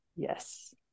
Yes